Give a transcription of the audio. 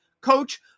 coach